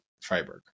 Freiburg